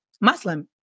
Muslim